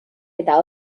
eta